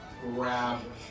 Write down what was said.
grab